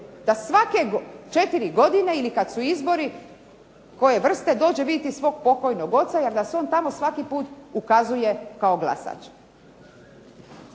da svake 4 godine ili kada su izbori koje vrste dođe vidjeti tamo svog pokojnog oca jer da se on tamo svaki put ukazuje kao glasač.